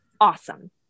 Awesome